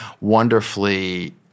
wonderfully –